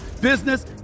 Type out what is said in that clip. business